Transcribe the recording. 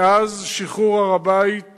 מאז שחרור הר-הבית